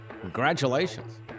Congratulations